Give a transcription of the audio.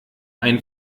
ein